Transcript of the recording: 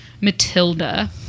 Matilda